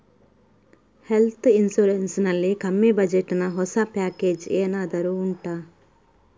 health insurance ನಲ್ಲಿ ಕಮ್ಮಿ budget ನ ಹೊಸ ಪ್ಯಾಕೇಜ್ ಏನಾದರೂ ಉಂಟಾ